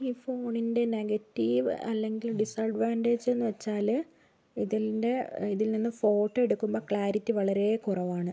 ഈ ഫോണിന്റെ നെഗറ്റീവ് അല്ലെങ്കിൽ ഡിസഡ്വാൻ്റേജ് എന്നു വച്ചാൽ ഇതിന്റെ ഇതിൽ നിന്ന് ഫോട്ടോ എടുക്കുമ്പോൾ ക്ലാരിറ്റി വളരെ കുറവാണ്